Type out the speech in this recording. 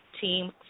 Team